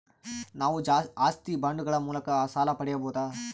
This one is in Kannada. ನಾವು ಆಸ್ತಿ ಬಾಂಡುಗಳ ಮೂಲಕ ಸಾಲ ಪಡೆಯಬಹುದಾ?